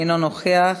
אינו נוכח.